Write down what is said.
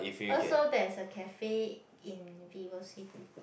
oh so there's a cafe in VivoCity